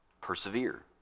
Persevere